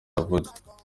yavutse